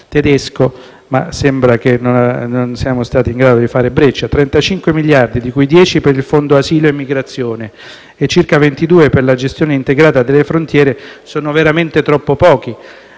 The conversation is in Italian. tedesco, ma sembra che non siamo stati in grado di fare breccia: 35 miliardi, di cui 10 per il fondo asilo e migrazione e circa 22 per la gestione integrata delle frontiere, sono veramente troppo pochi.